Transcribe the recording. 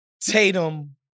Tatum